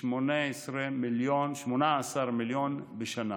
כ-18מיליון בשנה,